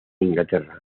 inglaterra